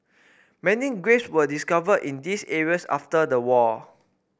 many graves were discovered in these areas after the war